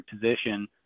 position